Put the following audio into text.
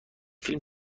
فیلم